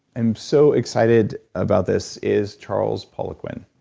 i'm so excited about this, is charles poliquin.